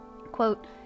Quote